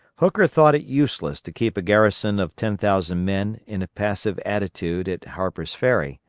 hooker thought it useless to keep a garrison of ten thousand men in a passive attitude at harper's ferry.